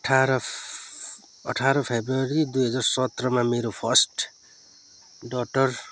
अठार फ अठार फेब्रुअरी दुई हजार सत्रमा मेरो फर्स्ट डटर